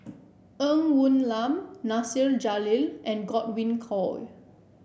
Ng Woon Lam Nasir Jalil and Godwin Koay